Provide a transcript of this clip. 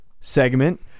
segment